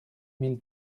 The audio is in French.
mille